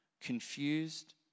confused